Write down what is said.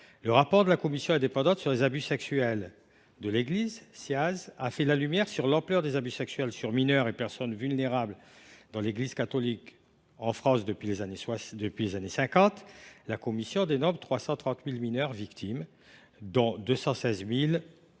Le rapport de la Commission indépendante sur les abus sexuels dans l’Église (Ciase) a fait la lumière sur l’ampleur des abus sexuels sur mineurs et personnes vulnérables dans l’Église catholique en France depuis les années 1950. Cette commission dénombre 330 000 mineurs victimes au sein